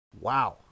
Wow